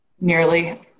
nearly